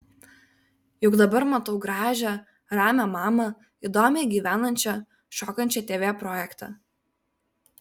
juk dabar matau gražią ramią mamą įdomiai gyvenančią šokančią tv projekte